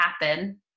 happen